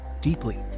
deeply